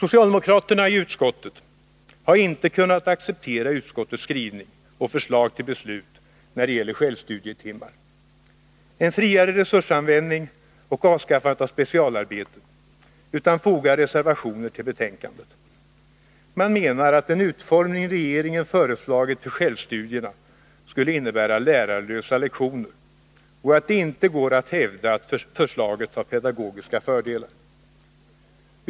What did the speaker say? Socialdemokraterna i utskottet har inte kunnat acceptera utskottets skrivning och förslag till beslut när det gäller självstudietimmar, en friare resursanvändning och avskaffande av specialarbetet, utan fogar reservationer till betänkandet. Man menar att den utformning som regeringen föreslagit för självstudierna skulle innebära lärarlösa lektioner och att det inte går att hävda att förslaget har pedagogiska fördelar.